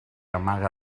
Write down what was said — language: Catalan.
amaga